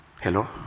Hello